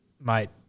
mate